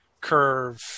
curve